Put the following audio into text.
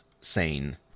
sane